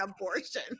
abortion